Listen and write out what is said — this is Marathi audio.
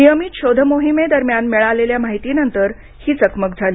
नियमित शोधमोहिमे दरम्यान मिळालेल्या माहितीनंतर ही चकमक झाली